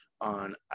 on